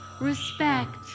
respect